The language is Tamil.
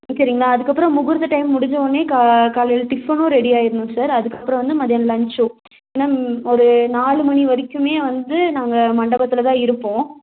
சமைக்கிறீங்களா அதுக்கப்புறம் முகூர்த்த டைம் முடிஞ்சவுடனே க காலையில் டிஃபனும் ரெடி ஆயிடணும் சார் அதுக்கப்புறம் வந்து மத்தியானம் லஞ்சும் ஏன்னால் ஒரு நாலு மணி வரைக்குமே வந்து நாங்கள் மண்டபத்தில்தான் இருப்போம்